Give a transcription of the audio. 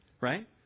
Right